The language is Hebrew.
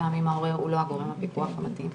פעמים ההורה הוא לא גורם הפיקוח המתאים.